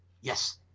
Yes